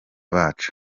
bacu